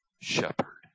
shepherd